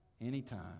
anytime